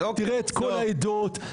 תראה את כל העדות,